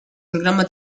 programma